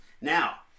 now